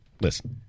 Listen